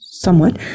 somewhat